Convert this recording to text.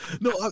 no